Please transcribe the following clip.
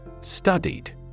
Studied